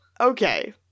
Okay